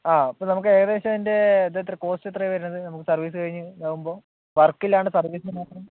ആ ഇപ്പൊൾ നമുക്ക് ഏകദേശം ഇപ്പൊൾ അതിൻ്റെ ഇത് എത്രയാണ് കോസ്റ്റ് എത്രയാണ് വരുന്നത് സർവീസ് കഴിഞ്ഞാൽ ഇതാകുമ്പോൾ വർക്ക് ഇല്ലാണ്ടു സർവീസിന് മാത്രം